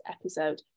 episode